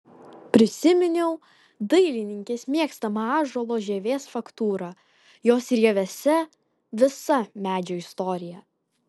prisiminiau dailininkės mėgstamą ąžuolo žievės faktūrą jos rievėse visa medžio istorija